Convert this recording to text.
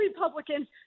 Republicans